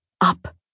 up